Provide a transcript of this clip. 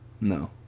No